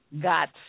got